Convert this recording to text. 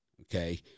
okay